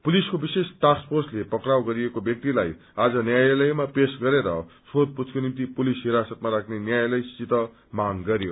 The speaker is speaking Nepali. पुलिसको विशेष टास्क फोर्सले पक्राउ गरिएको ब्यक्तिलाई आज न्यायालयमा पेश गरेर सोधपूछको निम्ति पुलिस हिरासतमा राख्ने न्यायालय संग मांग गरयो